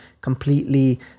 completely